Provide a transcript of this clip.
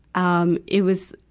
um, it was,